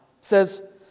says